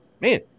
man